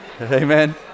Amen